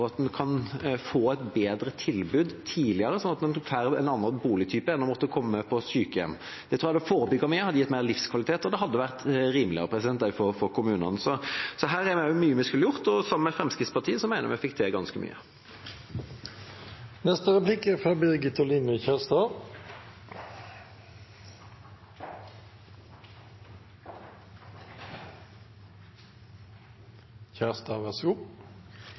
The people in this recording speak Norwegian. at en kan få et bedre tilbud tidligere, sånn at en får en annen boligtype heller enn å måtte komme på sykehjem. Det tror jeg hadde forebygget mer, det hadde gitt mer livskvalitet, og det hadde også vært rimeligere for kommunene. Så her har vi også mye vi skulle gjort, og sammen med Fremskrittspartiet mener jeg vi fikk til ganske mye.